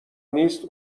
نیست